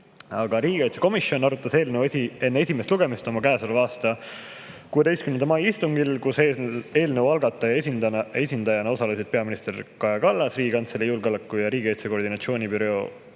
siin. Riigikaitsekomisjon arutas eelnõu enne esimest lugemist oma käesoleva aasta 16. mai istungil, kus eelnõu algataja esindajana osalesid peaminister Kaja Kallas, Riigikantselei julgeoleku ja riigikaitse koordinatsioonibüroo